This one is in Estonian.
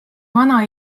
vana